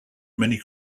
many